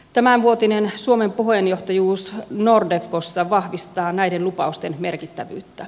tämänvuotinen suomen puheenjohtajuus nordefcossa vahvistaa näiden lupausten merkittävyyttä